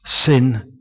sin